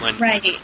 Right